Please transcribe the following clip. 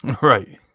Right